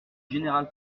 general